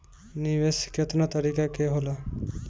निवेस केतना तरीका के होला?